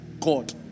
God